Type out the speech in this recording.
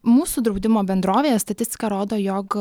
mūsų draudimo bendrovėje statistika rodo jog